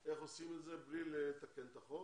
תקבעו איך עושים את זה בלי לתקן את החוק.